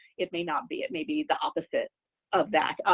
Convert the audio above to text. it may not be. it may be the opposite of that.